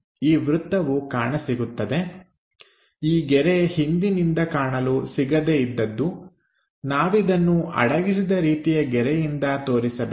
ಈ ವೃತ್ತವು ಕಾಣಸಿಗುತ್ತದೆ ಈ ಗೆರೆ ಹಿಂದಿನಿಂದ ಕಾಣಲು ಸಿಗದೇ ಇದ್ದದ್ದು ನಾವಿದನ್ನು ಅಡಗಿಸಿದ ರೀತಿಯ ಗೆರೆಯಿಂದ ತೋರಿಸಬೇಕು